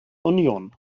union